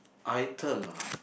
item ah